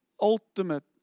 Ultimate